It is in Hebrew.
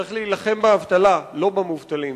צריך להילחם באבטלה, לא במובטלים.